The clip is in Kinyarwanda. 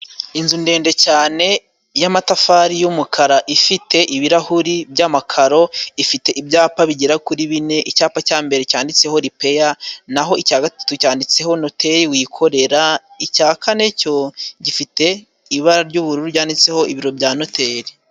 Inzu ndende cyane y'amatafari y'umukara, ifite ibirahuri by'amakaro, ifite ibyapa bigera kuri bine, icyapa cya mbere cyanditseho repeya, naho icya gatatu cyanditseho noteri wikorera, icya kane cyo gifite ibara ry'ubururu ryanditseho ibiro bya noteri.